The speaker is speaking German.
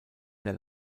der